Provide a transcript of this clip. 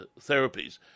therapies